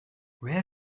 where